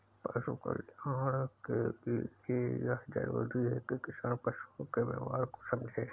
पशु कल्याण के लिए यह जरूरी है कि किसान पशुओं के व्यवहार को समझे